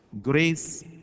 grace